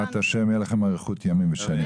בעזרת ה' יהיה לכם אריכות ימים ושנים.